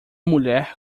mulher